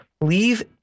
leave